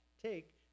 take